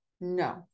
No